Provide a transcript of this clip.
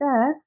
death